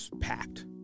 packed